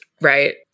right